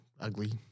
ugly